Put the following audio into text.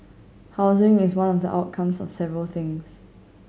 housing is one of the outcomes of several things